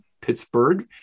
Pittsburgh